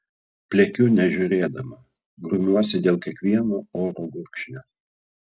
pliekiu nežiūrėdama grumiuosi dėl kiekvieno oro gurkšnio